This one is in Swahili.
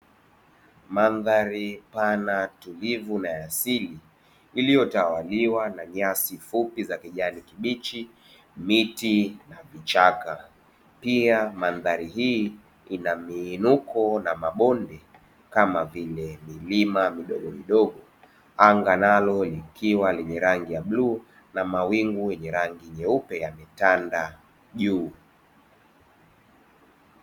Mandhari pana tulivu na ya asili iliyotawaliwa na nyasi fupi za kijani za rangi ya kijani kibichi, miti, vichaka, pia mandhari hii ina miinuko na mabonde kama vile milima midogo midogo anga nalo likiwa lenye rangi ya bluu na mawingu yenye rangi nyeupe yakitanda juu.